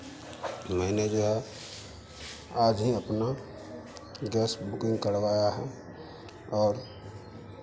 मैंने जो है आज ही अपना गैस बुकिंग करवाया है और